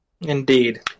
Indeed